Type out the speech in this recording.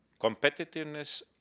competitiveness